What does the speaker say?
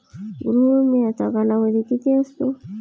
गृह विम्याचा कालावधी किती असतो?